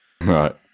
Right